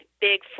big